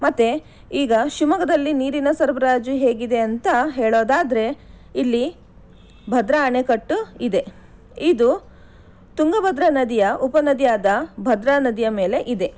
ಮತ್ತೆ ಈಗ ಶಿವಮೊಗ್ಗದಲ್ಲಿ ನೀರಿನ ಸರಬರಾಜು ಹೇಗಿದೆ ಅಂತ ಹೇಳೋದಾದ್ರೆ ಇಲ್ಲಿ ಭದ್ರಾ ಅಣೆಕಟ್ಟು ಇದೆ ಇದು ತುಂಗಭದ್ರಾ ನದಿಯ ಉಪನದಿಯಾದ ಭದ್ರಾ ನದಿಯ ಮೇಲೆ ಇದೆ